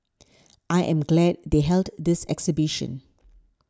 I am glad they held this exhibition